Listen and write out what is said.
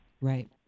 Right